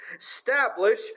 establish